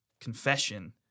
confession